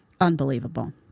Unbelievable